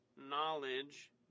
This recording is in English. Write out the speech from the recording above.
knowledge